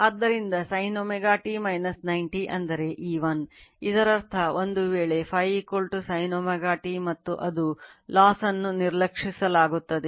ಆದ್ದರಿಂದ sin ω t 90 ಅಂದರೆ E1 ಇದರರ್ಥ ಒಂದು ವೇಳೆ Φ sin ω t ಮತ್ತು ಅದು loss ವನ್ನು ನಿರ್ಲಕ್ಷಿಸಲಾಗುತ್ತದೆ